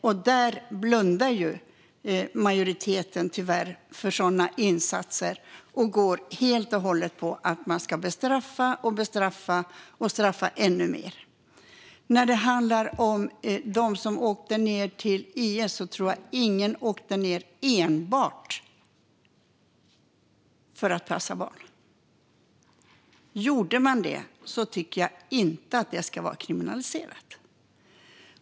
Tyvärr blundar majoriteten för sådana insatser och går helt och hållet på att man ska bestraffa, straffa och straffa ännu mer. När det handlar om dem som åkte till IS tror jag inte att det var någon som åkte dit enbart för att passa barn. Men om man gjorde det tycker jag inte att det ska vara kriminaliserat.